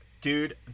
Dude